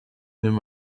nimm